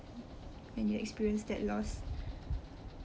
when you experienced that loss